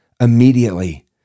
immediately